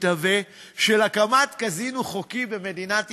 של הקמת קזינו חוקי במדינת ישראל.